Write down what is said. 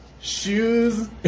shoes